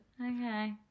Okay